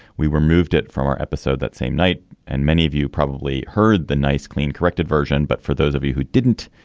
we removed it from our episode that same night and many of you probably heard the nice clean corrected version. but for those of you who didn't.